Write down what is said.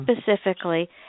specifically